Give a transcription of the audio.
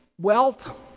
Wealth